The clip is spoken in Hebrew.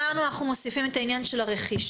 אמרנו שאנחנו מוסיפים את העניין של הרכישה.